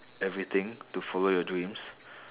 everything to follow your dreams